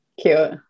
Cute